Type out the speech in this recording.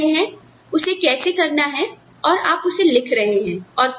आप सीख रहे हैं उसे कैसे करना है और आप उसे लिख रहे हैं